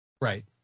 Right